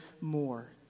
more